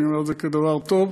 אני אומר את זה כדבר טוב,